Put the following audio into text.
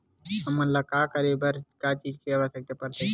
हमन ला करे बर का चीज के आवश्कता परथे?